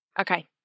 okay